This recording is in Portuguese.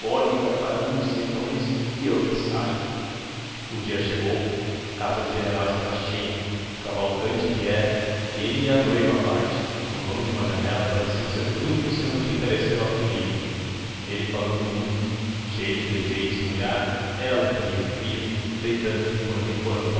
estrambólica para um dos senhores que eu ensaio o dia chegou a casa do general estava cheia cavalcanti viera e ele e a noiva à parte no vão de uma janela pareciam ser os únicos que não tinham interesse pela folia ele falando muito cheio de trejeitos no olhar ela meio fria deitando de quando em quando